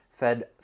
fed